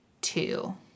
two